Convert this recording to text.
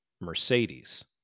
Mercedes